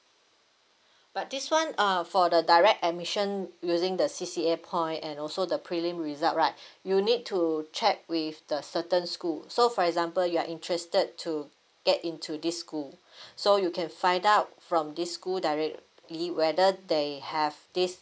but this one uh for the direct admission using the C_C_A point and also the prelim result right you need to check with the certain school so for example you are interested to get into this school so you can find out from this school directly whether they have this